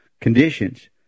conditions